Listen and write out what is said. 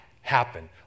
happen